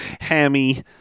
hammy